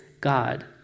God